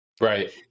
Right